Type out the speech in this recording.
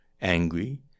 angry